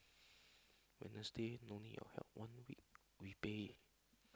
Wednesday don't need your help one week we pay